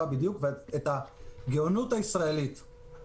באף אחד מההסכמים האלה אין אישור לחופש חמישי.